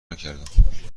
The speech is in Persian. نکردم